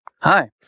Hi